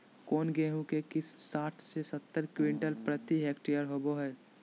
कौन गेंहू के किस्म साठ से सत्तर क्विंटल प्रति हेक्टेयर होबो हाय?